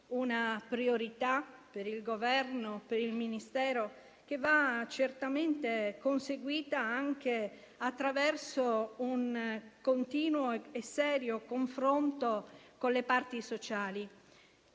una priorità per il Governo e per il Ministero che va certamente conseguita anche attraverso un continuo e serio confronto con le parti sociali.